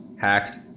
hacked